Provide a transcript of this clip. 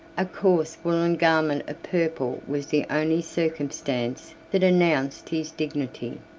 a coarse woollen garment of purple was the only circumstance that announced his dignity.